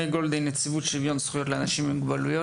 מנחם גולדין נציבות שיווין זכויות לאנשים עם מוגבלויות.